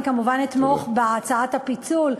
אני כמובן אתמוך בהצעת הפיצול,